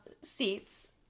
seats